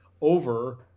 over